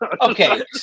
Okay